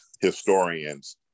historians